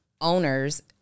owners